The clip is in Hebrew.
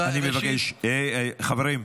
אני מבקש, חברים.